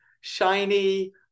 shiny